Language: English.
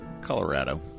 Colorado